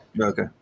Okay